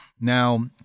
Now